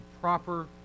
proper